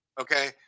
Okay